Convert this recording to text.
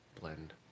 Blend